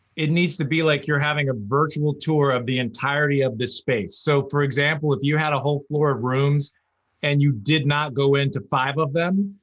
it needs to be like you're having a virtual tour of the entirety of the space, so for example, if you had a whole floor of rooms and you did not go into five of them,